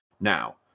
Now